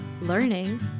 learning